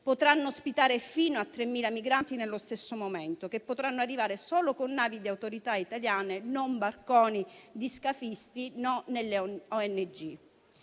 Potranno ospitare fino a 3.000 migranti nello stesso momento, che potranno arrivare solo con navi di autorità italiane e non barconi di scafisti né delle ONG.